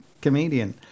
comedian